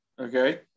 Okay